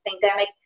pandemic